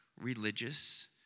religious